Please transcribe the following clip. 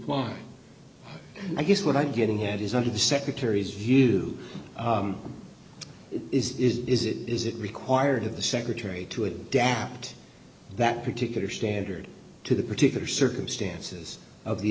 climb i guess what i'm getting at is are the secretaries here do it is is is it is it required of the secretary to adapt that particular standard to the particular circumstances of the